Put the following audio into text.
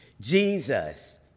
Jesus